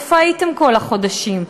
איפה הייתם כל החודשים?